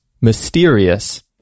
mysterious